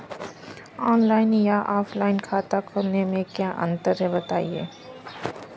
Online या offline खाता खोलने में क्या अंतर है बताएँ?